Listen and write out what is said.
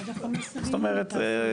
זאת אומרת,